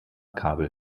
kabel